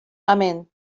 amén